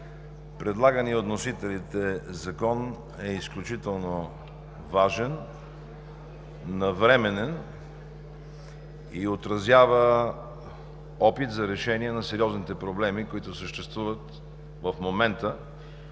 Предлаганият от вносителите Закон е изключително важен, навременен и отразява опит за решение на сериозните проблеми, които съществуват в момента,